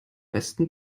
besten